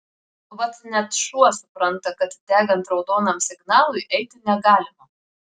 vat net šuo supranta kad degant raudonam signalui eiti negalima